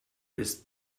ist